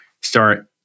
start